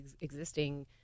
existing